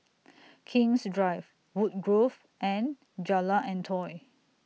King's Drive Woodgrove and Jalan Antoi